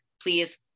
please